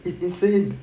it's insane